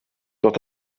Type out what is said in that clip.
doch